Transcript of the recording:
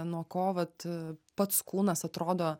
nuo ko vat pats kūnas atrodo